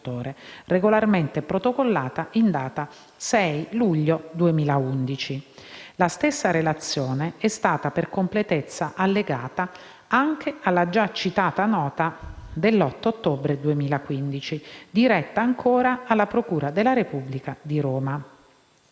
regolarmente protocollata in data 6 luglio 2011. La stessa relazione è stata per completezza allegata anche alla già citata nota dell’8 ottobre 2015, diretta ancora alla procura della Repubblica di Roma.